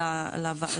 להגעה,